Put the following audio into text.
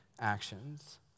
actions